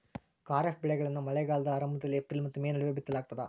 ಖಾರಿಫ್ ಬೆಳೆಗಳನ್ನ ಮಳೆಗಾಲದ ಆರಂಭದಲ್ಲಿ ಏಪ್ರಿಲ್ ಮತ್ತು ಮೇ ನಡುವೆ ಬಿತ್ತಲಾಗ್ತದ